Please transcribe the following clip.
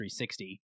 360